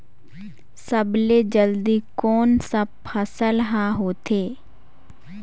सबले जल्दी कोन सा फसल ह होथे?